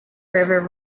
river